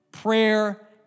Prayer